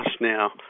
now